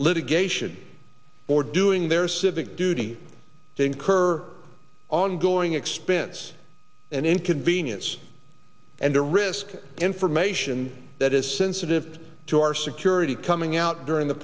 litigation or doing their civic duty to incur ongoing expense and inconvenience and to risk information that is sensitive to our security coming out during the